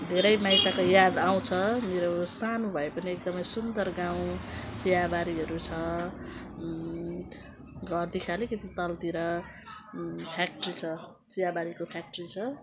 धेरै माइतको याद आउँछ मेरो सानो भए पनि एकदमै सुन्दर गाउँ चियाबारीहरू छ घरदेखि आलिकति तलतिर फ्याक्ट्री छ चियाबारीको फ्याक्ट्री छ